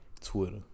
Twitter